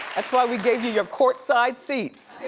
that's why we gave you your court side seats.